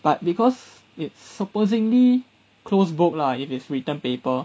but because it's supposingly closed book lah if it's written paper